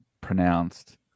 pronounced